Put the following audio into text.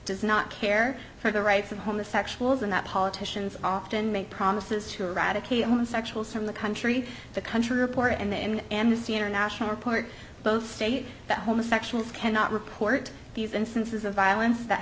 does not care for the rights of homosexuals and that politicians often make promises to eradicate homosexuals from the country the country reporter and amnesty international report both state that homosexuals cannot report these instances of violence that